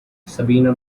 sabina